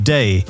Day